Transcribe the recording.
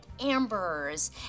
ambers